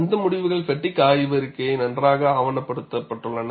அந்த முடிவுகள் ஃப்பெட்டிக் ஆய்வறிக்கையை நன்றாக ஆவணப்படுத்தப்பட்டுள்ளன